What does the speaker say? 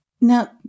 Now